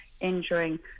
injuring